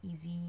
easy